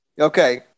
Okay